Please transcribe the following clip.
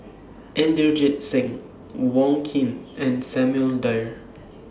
Inderjit Singh Wong Keen and Samuel Dyer